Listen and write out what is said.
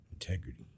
Integrity